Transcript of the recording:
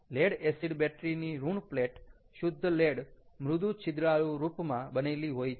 lead acid battery ની ઋણ plate શુદ્ધ લેડ મૃદુ છિદ્રાળુ રૂપમાં બનેલી હોય છે